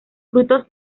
frutos